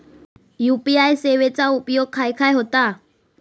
UPI सेवेचा उपयोग खाय खाय होता?